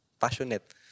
passionate